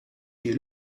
die